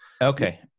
Okay